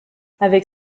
avec